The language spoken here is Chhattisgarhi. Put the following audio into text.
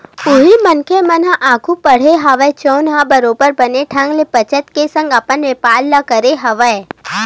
उही मनखे मन ह आघु बड़हे हवय जउन ह बरोबर बने ढंग ले बचत के संग अपन बेपार ल करे हवय